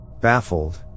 Baffled